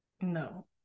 No